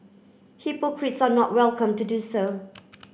hypocrites are not welcome to do so